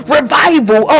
Revival